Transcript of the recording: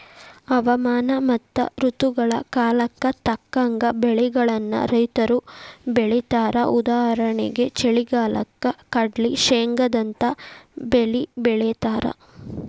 ಹವಾಮಾನ ಮತ್ತ ಋತುಗಳ ಕಾಲಕ್ಕ ತಕ್ಕಂಗ ಬೆಳಿಗಳನ್ನ ರೈತರು ಬೆಳೇತಾರಉದಾಹರಣೆಗೆ ಚಳಿಗಾಲಕ್ಕ ಕಡ್ಲ್ಲಿ, ಶೇಂಗಾದಂತ ಬೇಲಿ ಬೆಳೇತಾರ